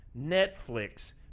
Netflix